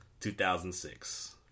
2006